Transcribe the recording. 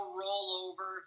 rollover